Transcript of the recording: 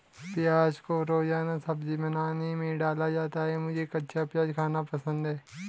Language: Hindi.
प्याज को रोजाना सब्जी बनाने में डाला जाता है मुझे कच्चा प्याज खाना बहुत पसंद है